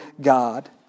God